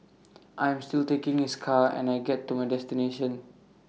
I am still taking his car and I get to my destination